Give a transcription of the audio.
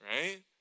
right